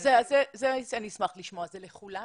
אז זה אני אשמח לשמוע, זה לכולם?